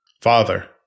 Father